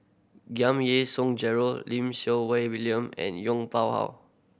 Giam Yean Song Gerald Lim Siew William and Yong Pung How